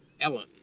Ellen